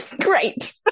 great